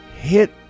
hit